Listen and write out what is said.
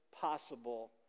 possible